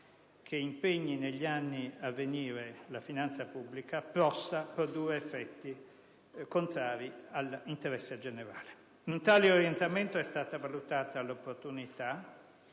che impegni negli anni a venire la finanza pubblica possa produrre effetti contrari all'interesse generale. In tale orientamento è stata valutata l'opportunità